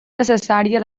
necessària